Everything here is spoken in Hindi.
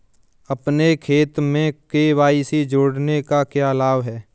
अपने खाते में के.वाई.सी जोड़ने का क्या लाभ है?